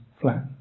flat